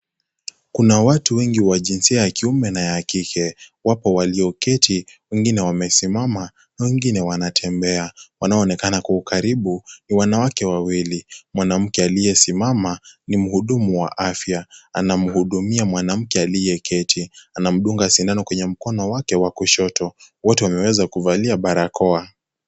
Kuna watu wengi wa jinsia ya kiume na ya kike wapo walioketi, wengine wamesimama, wengine wanatembea. Wanaonekana kwa karibu ni wanawake wawili. Mwanamke aliyesimama ni mhudumu wa afya, anamhudumia mwanamke aliyeketi, anamdunga sindano kwenye mkono wake wa kushoto. Wote wameweza kuvalia barakoa.